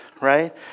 right